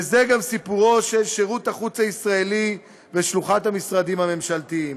וזה גם סיפורו של שירות החוץ הישראלי ושלוחת המשרדים הממשלתיים.